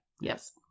Yes